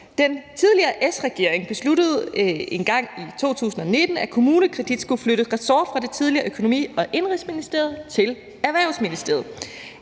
Den tidligere S-regering besluttede engang i 2019, at KommuneKredit skulle flytte ressort fra det tidligere Økonomi- og Indenrigsministerium til Erhvervsministeriet.